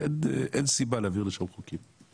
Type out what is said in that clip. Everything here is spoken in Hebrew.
אין סיבה להעביר לשם את החוק הזה.